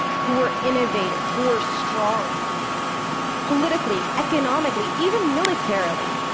who were innovative, who were strong politically, economically, even militarily.